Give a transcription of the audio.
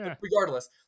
Regardless